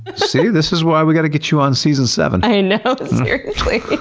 see? this is why we gotta get you on season seven. i know, seriously. i'm